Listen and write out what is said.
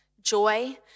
joy